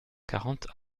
quarante